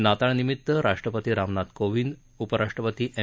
नाताळनिमित्त राष्ट्रपती रामनाथ कोविंद आणि उपराष्ट्रपती एम